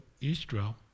Israel